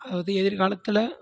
அதாவது எதிர்காலத்தில்